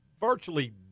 virtually